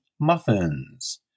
muffins